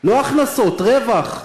לא הכנסות, רווח,